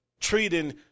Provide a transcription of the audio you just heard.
treating